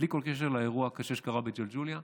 בלי כל קשר לאירוע הקשה שקרה בג'לג'וליה,